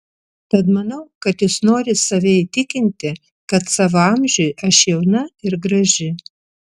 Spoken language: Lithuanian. tad manau kad jis nori save įtikinti kad savo amžiui aš jauna ir graži